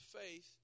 faith